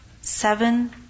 Seven